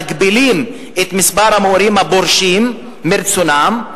מגבילים את מספר המורים הפורשים מרצונם,